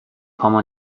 پامو